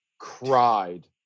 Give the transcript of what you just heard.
cried